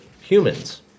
humans